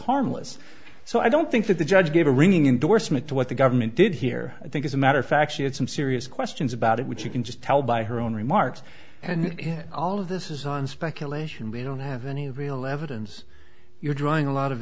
harmless so i don't think that the judge gave a ringing endorsement to what the government did here i think as a matter of fact she had some serious questions about it which you can just tell by her own remarks and all of this is on speculation we don't have any real evidence you're drawing a lot of